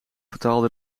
vertaalde